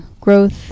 growth